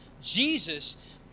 Jesus